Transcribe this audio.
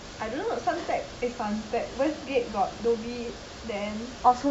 I don't know suntec eh suntec westgate got then